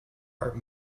art